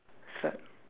is like